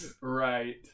Right